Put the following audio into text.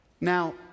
Now